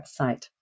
website